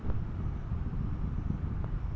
মটরশুটি চাষে কোন আবহাওয়াকে লক্ষ্য রাখবো?